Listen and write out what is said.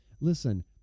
listen